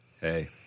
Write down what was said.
Hey